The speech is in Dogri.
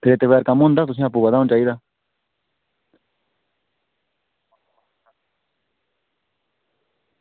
रेता बगैरा कम्म होंदा तुसेंगी आपूं पता होना चाहिदा